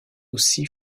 aussi